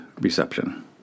reception